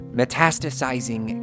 metastasizing